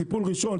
טיפול ראשון,